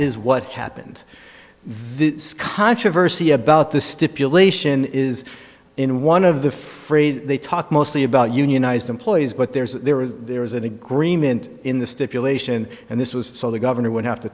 is what happened this controversy about the stipulation is in one of the phrase they talk mostly about unionized employees but there is there is there is an agreement in the stipulation and this was so the governor would have to